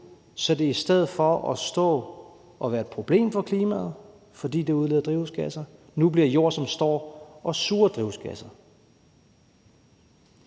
så de i stedet for at være et problem for klimaet, fordi de udleder drivhusgasser, nu bliver jord, som står og suger drivhusgasser.